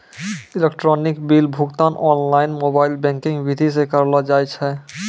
electronic bill भुगतान online mobile banking विधि से करलो जाय छै